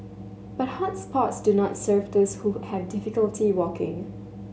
but hot spots do not serve those who have difficulty walking